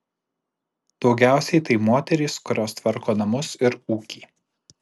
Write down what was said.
daugiausiai tai moterys kurios tvarko namus ir ūkį